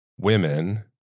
women